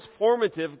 transformative